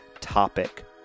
topic